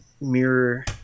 mirror